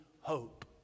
hope